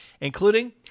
including